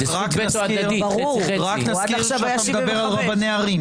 עד עכשיו הוא היה 75%. רק נזכיר שאתה מדבר על רבני ערים.